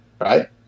Right